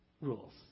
rules